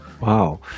Wow